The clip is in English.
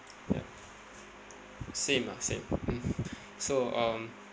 ya same ah same mm so um